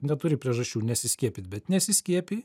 neturi priežasčių nesiskiepyt bet nesiskiepiji